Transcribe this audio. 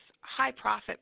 high-profit